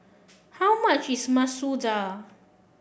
how much is Masoor Dal